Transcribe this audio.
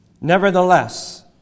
Nevertheless